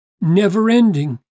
never-ending